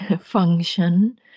function